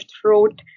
throat